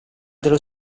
dello